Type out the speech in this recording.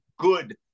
good